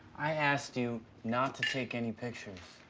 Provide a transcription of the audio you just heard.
i asked you not to take any pictures.